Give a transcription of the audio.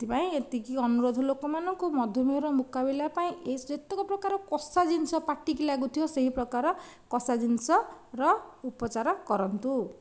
ସେଥିପାଇଁ ଏତିକି ଅନୁରୋଧ ଲୋକମାନଙ୍କୁ ମଧୁମେହର ମୁକାବିଲା ପାଇଁ ଏ ଯେତେକ ପ୍ରକାର କଷା ଜିନିଷ ପାଟିକୁ ଲାଗୁଥିବ ସେହି ପ୍ରକାର କଷା ଜିନିଷର ଉପଚାର କରନ୍ତୁ